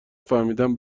فهمیدم